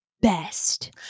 best